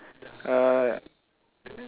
uh